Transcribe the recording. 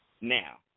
now